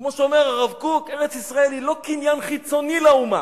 כמו שאומר הרב קוק: ארץ-ישראל היא לא קניין חיצוני לאומה.